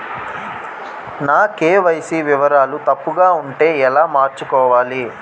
నా కే.వై.సీ వివరాలు తప్పుగా ఉంటే ఎలా మార్చుకోవాలి?